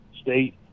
state